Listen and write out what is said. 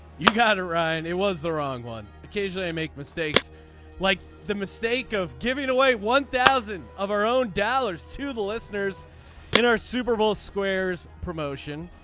you got it right. and it was the wrong one. occasionally i make mistakes like the mistake of giving away one thousand of our own dollars to the listeners in our super bowl squares promotion.